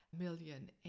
million